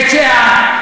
בית-שאן,